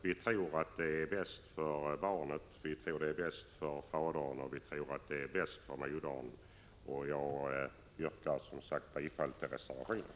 Vi tror att det är bäst för barnet, bäst för fadern och bäst för modern. Jag yrkar som sagt bifall till reservationen.